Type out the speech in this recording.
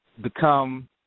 become